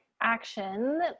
action